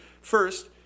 First